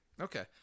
Okay